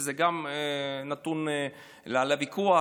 שזה נתון לוויכוח,